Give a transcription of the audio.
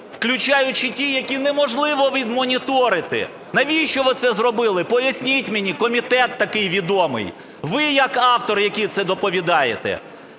включаючи ті, які неможливо відмоніторити. Навіщо ви це зробили, поясніть мені, комітет такий відомий? Ви як автори, які це доповідаєте.